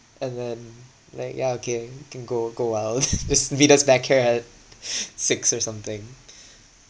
and then like ya okay can go go out just meet us back here at six or something